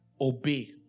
Obey